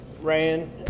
ran